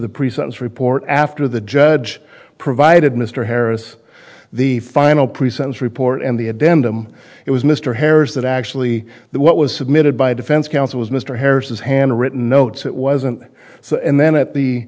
the pre sentence report after the judge provided mr harris the final pre sentence report and the adem them it was mr harris that actually the what was submitted by defense counsel was mr harris was hand written notes it wasn't so and then at the